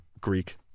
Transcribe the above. Greek